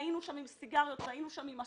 היינו בעניין זה עם סיגריות ועם אזבסט,